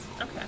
Okay